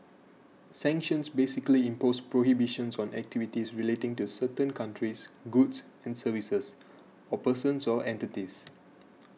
sanctions basically impose prohibitions on activities relating to certain countries goods and services or persons or entities